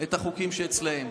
את החוקים שאצלן.